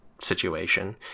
situation